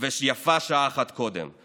ויפה שעה אחת קודם.